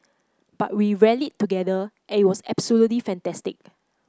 but we rallied together and it was absolutely fantastic